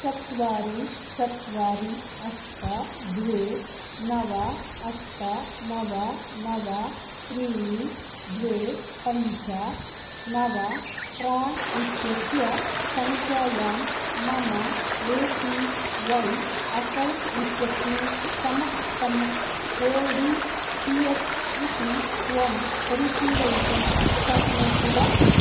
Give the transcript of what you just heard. चत्वारि चत्वारि अष्ट द्वे नव अष्ट नव नव त्रीणि द्वे पञ्च नव प्राण् इत्यस्य सङ्ख़यायां मम ए पी वै अकौण्ट् इत्यस्मिन् समस्तं होल्डिङ्ग् कियत् इति त्वं परिशीलयितुं शक्नोषि वा